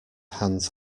hands